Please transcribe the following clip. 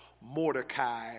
Mordecai